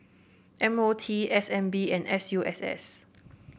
M O T S N B and S U S S